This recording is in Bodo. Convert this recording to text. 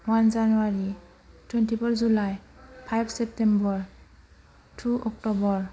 one January twenty four July five September to October